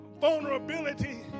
vulnerability